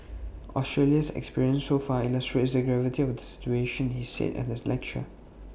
Australia's experience so far illustrates the gravity of the situation he said at the lecture